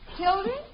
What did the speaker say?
children